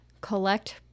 collect